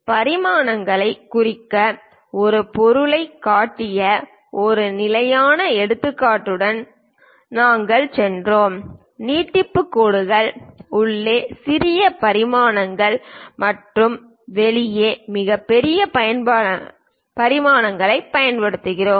பரிமாணங்களைக் குறிக்க ஒரு பொருளைக் காட்டிய ஒரு நிலையான எடுத்துக்காட்டுடன் நாங்கள் சென்றோம் நீட்டிப்பு கோடுகள் உள்ளே சிறிய பரிமாணங்கள் மற்றும் வெளியே மிகப்பெரிய பரிமாணங்களைப் பயன்படுத்துகிறோம்